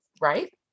right